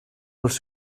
als